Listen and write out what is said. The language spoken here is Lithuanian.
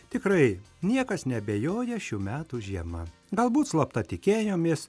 tikrai niekas neabejoja šių metų žiema galbūt slapta tikėjomės